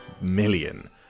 million